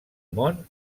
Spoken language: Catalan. món